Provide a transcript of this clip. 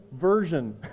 version